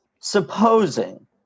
supposing